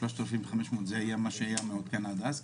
3,500 זה מה שהיה מעודכן עד אז?